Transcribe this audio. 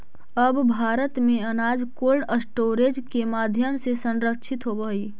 अब भारत में अनाज कोल्डस्टोरेज के माध्यम से संरक्षित होवऽ हइ